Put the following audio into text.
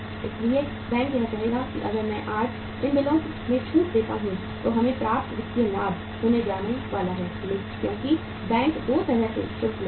इसलिए बैंक यह कहेगा कि अगर मैं आज इन बिलों में छूट देता हूं तो हमें पर्याप्त वित्तीय लाभ होने वाला है क्योंकि बैंक 2 तरह से शुल्क लेते हैं